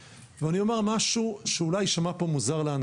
אני פוגש מחר את יושב-ראש שדולת המילואים,